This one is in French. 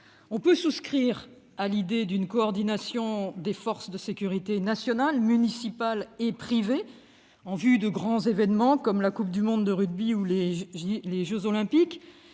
On peut souscrire à l'idée d'une coordination des forces de sécurité nationales, municipales et privées en vue de grands événements, comme la Coupe du monde de rugby ou les jeux Olympiques.